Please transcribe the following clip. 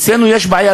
אצלנו יש בעיה,